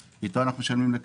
אתו אנחנו משלמים את המשכורות,